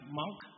monk